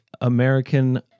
American